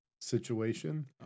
situation